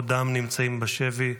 עודם נמצאים בשבי,